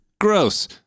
Gross